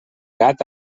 gat